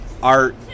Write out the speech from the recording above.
art